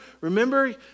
Remember